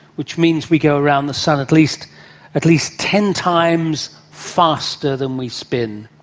which means we go around the sun at least at least ten times faster than we spin.